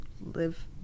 live